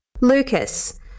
Lucas